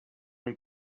non